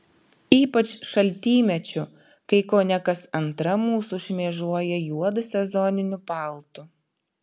ypač šaltymečiu kai kone kas antra mūsų šmėžuoja juodu sezoniniu paltu